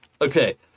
Okay